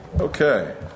Okay